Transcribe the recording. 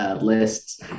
lists